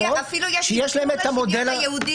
המשולב הזה -- בחוקת קרואטיה אפילו יש אזכור לשוויון ליהודים.